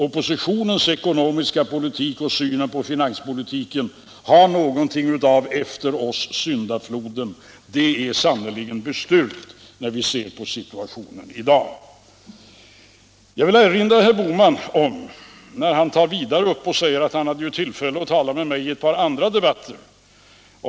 Oppositionens politik och synen på finanspolitiken har någonting av ”efter oss syndafloden”. Det är sannerligen béestyrkt när vi ser på situationen i dag. Herr Bohman säger att han ju hade tillfälle att tala med mig i ett par andra debatter.